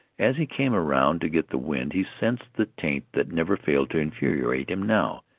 as he came around to get the wind, he sensed the taint that never failed to infuriate him now,